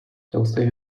tolstoy